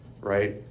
Right